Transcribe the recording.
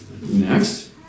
Next